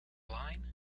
line